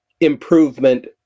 improvement